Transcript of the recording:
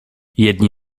jedni